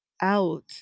out